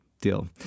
deal